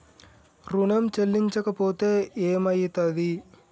ఋణం చెల్లించకపోతే ఏమయితది?